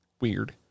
weird